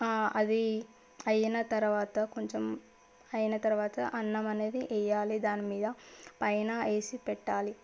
అది అయిన తరువాత కొంచెం అయిన తరువాత అన్నం అనేది వేయాలి దానిమీద పైన వేసి పెట్టాలి